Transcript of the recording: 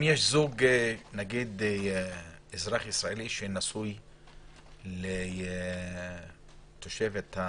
אם יש אזרח ישראלי שנשוי לתושבת השטחים,